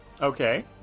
Okay